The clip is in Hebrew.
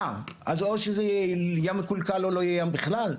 אז או שזה יהיה ים מקולקל או לא יהיה ים בכלל?